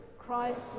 Christ